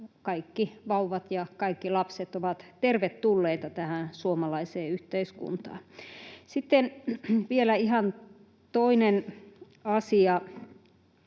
kaikki vauvat ja kaikki lapset ovat tervetulleita tähän suomalaiseen yhteiskuntaan. Sitten vielä ihan toinen asia.